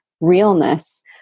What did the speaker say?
realness